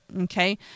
Okay